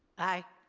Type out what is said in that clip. aye.